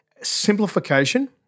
Simplification